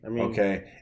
okay